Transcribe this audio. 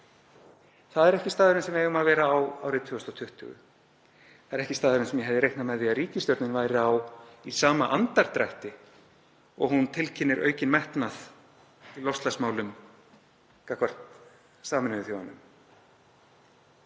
Það er ekki staðurinn sem við eigum að vera á á árinu 2020. Það er ekki staðurinn sem ég hefði reiknað með að ríkisstjórnin væri á í sama andardrætti og hún tilkynnir aukinn metnað í loftslagsmálum gagnvart Sameinuðu þjóðunum.